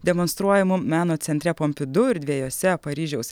demonstruojamu meno centre pompidu ir dvejuose paryžiaus